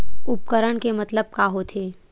उपकरण के मतलब का होथे?